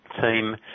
team